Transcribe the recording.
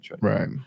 Right